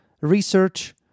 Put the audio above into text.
research